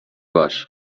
باش